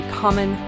common